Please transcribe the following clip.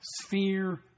sphere